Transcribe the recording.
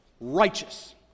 Righteous